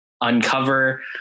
uncover